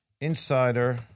insider